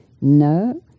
No